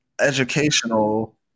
educational